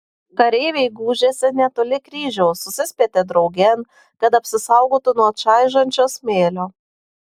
kareiviai gūžėsi netoli kryžiaus susispietė draugėn kad apsisaugotų nuo čaižančio smėlio